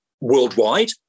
worldwide